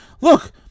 look